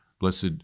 Blessed